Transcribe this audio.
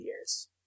years